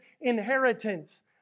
inheritance